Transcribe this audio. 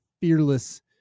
fearless